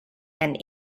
and